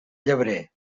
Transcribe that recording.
llebrer